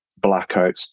blackouts